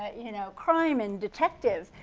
you know, crime and detectives.